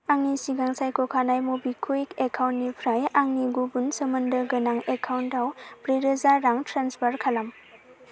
आंनि सिगां सायख'खानाय मबिकुविक एकाउन्टनिफ्राय आंनि गुबुन सोमोन्दो गोनां एकाउन्टाव ब्रै रोजा रां ट्रेन्सफार खालाम